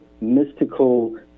mystical